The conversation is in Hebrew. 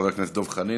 חבר הכנסת דב חנין,